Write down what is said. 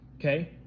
Okay